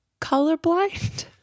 colorblind